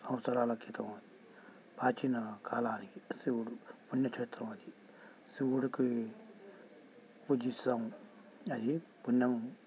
సంవత్సరాల క్రితం ప్రాచీన కాలానికి శివుడు పుణ్యక్షేత్రం అది శివుడికి పూజిస్తాం అది పుణ్యం మేము